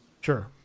Sure